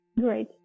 Great